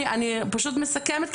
אני פשוט מסכמת,